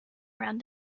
around